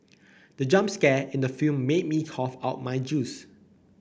the jump scare in the film made me cough out my juice